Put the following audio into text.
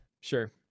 sure